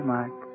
Mark